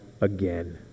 again